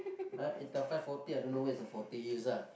!huh! eight times five forty I don't know where the forty is ah